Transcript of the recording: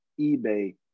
eBay